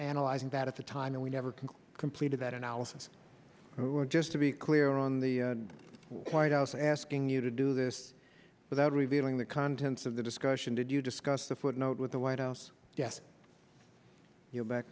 analyzing that at the time and we never completed that analysis just to be clear on the white house asking you to do this without revealing the contents of the discussion did you discuss the footnote with the white house yes your back